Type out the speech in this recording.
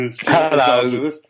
Hello